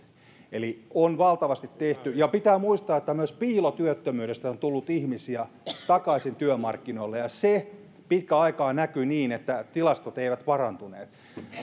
eli on valtavasti tehty töitä ja pitää muistaa että myös piilotyöttömyydestä on tullut ihmisiä takaisin työmarkkinoille ja se pitkän aikaa näkyi niin että tilastot eivät parantuneet